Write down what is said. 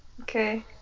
Okay